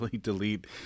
delete